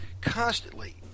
Constantly